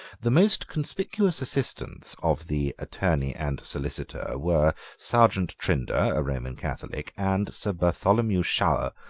the most conspicuous assistants of the attorney and solicitor were serjeant trinder, a roman catholic, and sir bartholomew shower,